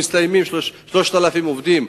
3,000 עובדים,